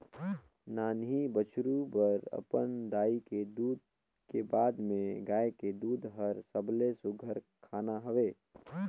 नान्हीं बछरु बर अपन दाई के दूद के बाद में गाय के दूद हर सबले सुग्घर खाना हवे